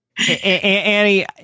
Annie